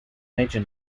major